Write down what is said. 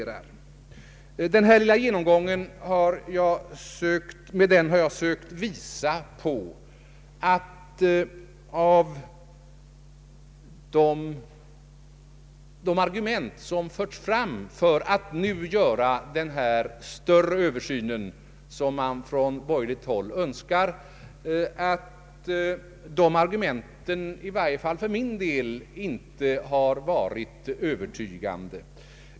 Med denna lilla genomgång har jag sökt visa att de argument, som förts fram för att göra den större översyn som man från borgerligt håll önskar, i varje fall inte övertygat mig om behovet därav.